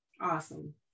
Awesome